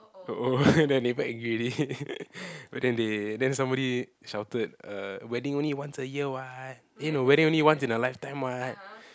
oh oh then they angry already but then they then somebody shouted uh wedding only once a year what eh no wedding only once in a lifetime what